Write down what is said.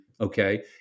okay